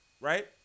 right